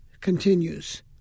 continues